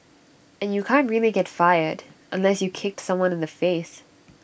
and you can't really get fired unless you kicked someone in the face